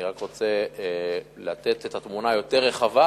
אני רוצה לתת תמונה יותר רחבה,